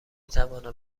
توانم